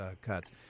cuts